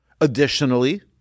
Additionally